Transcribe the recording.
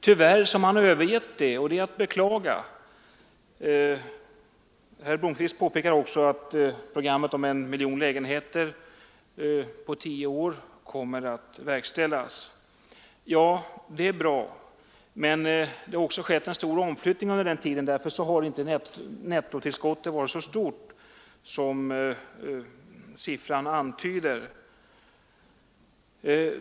Tyvärr har man övergett detta — det är att beklaga. Herr Blomkvist påpekar också att programmet med målsättningen en miljon lägenheter på tio år kommer att verkställas. Ja, det är bra. Men det har också skett en stor omflyttning under tiden, och därför har inte nettotillskottet varit så stort som siffran antyder.